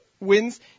wins